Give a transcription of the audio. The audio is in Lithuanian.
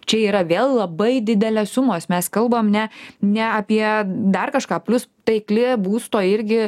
čia yra vėl labai didelės sumos mes kalbam ne ne apie dar kažką plius taikli būsto irgi